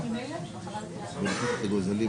החילוט האזרחי.